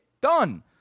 Done